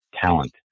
talent